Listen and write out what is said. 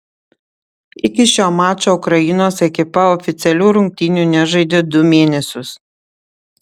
iki šio mačo ukrainos ekipa oficialių rungtynių nežaidė du mėnesius